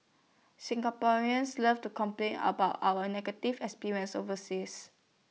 Singaporeans love to complain about our negative experiences overseas